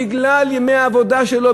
בגלל ימי העבודה שלו,